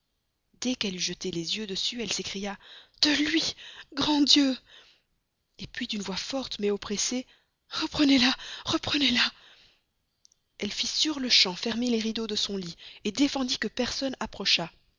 dès qu'elle eut jeté les yeux dessus elle s'écria de lui grand dieu puis d'une voix forte mais oppressée reprenez la reprenez la elle fit sur-le-champ fermer les rideaux de son lit défendit que personne